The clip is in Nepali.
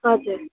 हजुर